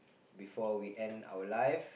before we end our life